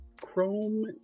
chrome